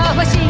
was